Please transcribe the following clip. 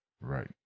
Right